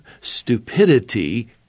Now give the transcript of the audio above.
Stupidity